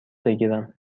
بگیرم